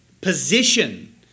position